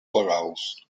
legals